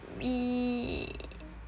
be